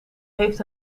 heeft